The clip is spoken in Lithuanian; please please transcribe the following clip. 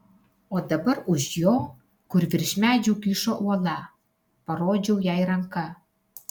o dabar už jo kur virš medžių kyšo uola parodžiau jai ranka